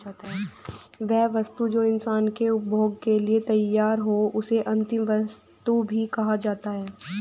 वह वस्तु जो इंसान के उपभोग के लिए तैयार हो उसे अंतिम वस्तु भी कहा जाता है